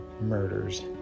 murders